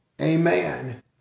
Amen